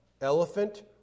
elephant